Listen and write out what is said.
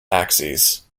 axes